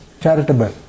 charitable